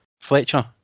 Fletcher